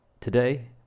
Today